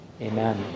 Amen